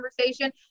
conversation